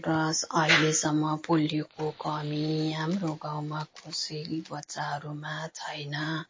र अहिलेसम्म पोलियोको कमी हाम्रो गाउँमा कसै बच्चाहरूमा छैन